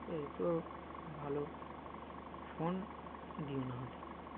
ঠিক আছে তো ভালো ফোন দিও না হাতে